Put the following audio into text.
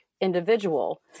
individual